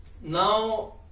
Now